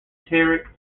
fever